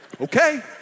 okay